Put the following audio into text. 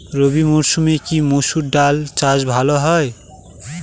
রবি মরসুমে কি মসুর ডাল চাষ ভালো হয়?